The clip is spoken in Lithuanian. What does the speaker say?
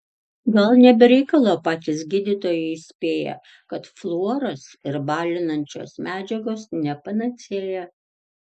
gal ne be reikalo patys gydytojai įspėja kad fluoras ir balinančios medžiagos ne panacėja